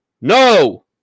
No